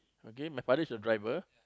okay my father's a driver